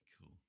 cool